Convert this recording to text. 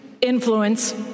influence